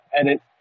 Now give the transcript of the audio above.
edit